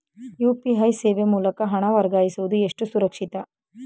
UPI ಸೇವೆ ಮೂಲಕ ಹಣ ವರ್ಗಾಯಿಸುವುದು ಎಷ್ಟು ಸುರಕ್ಷಿತ?